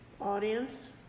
audience